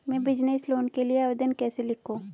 मैं business loan के लिए आवेदन कैसे लिखूँ?